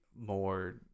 More